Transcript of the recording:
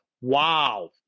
Wow